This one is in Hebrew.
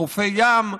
חופי ים.